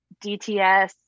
DTS